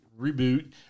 reboot